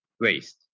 waste